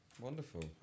Wonderful